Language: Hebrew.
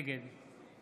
נגד